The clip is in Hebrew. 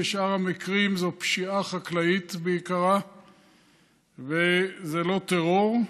בשאר המקרים זו פשיעה חקלאית בעיקרה וזה לא טרור.